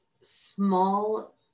small